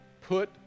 put